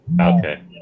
Okay